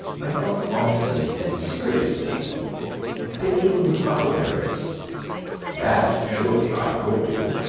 i thought often and seriously of picking huckleberries that surely i could do,